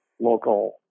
local